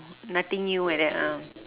nothing new like that ah